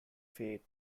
fate